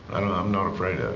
i'm not afraid of it.